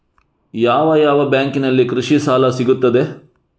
ಯಾವ ಯಾವ ಬ್ಯಾಂಕಿನಲ್ಲಿ ಕೃಷಿ ಸಾಲ ಸಿಗುತ್ತದೆ?